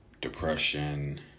depression